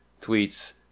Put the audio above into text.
tweets